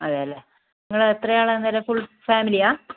അതേ അല്ലെ നിങ്ങൾ എത്രയാളാണ് അന്നേരം ഫുൾ ഫാമിലിയാണ്